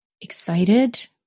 excited